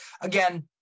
Again